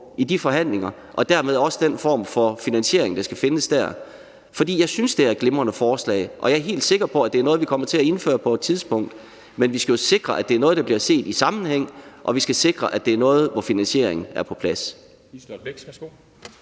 i de forhandlinger og dermed også i den form for finansiering, der skal findes dér. Jeg synes, det er et glimrende forslag, og jeg er helt sikker på, at det er noget, vi kommer til at indføre på et tidspunkt, men vi skal jo sikre, at det er noget, der bliver set i sammenhæng, og vi skal sikre, at det er noget, hvor finansieringen er på plads.